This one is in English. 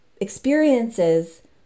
experiences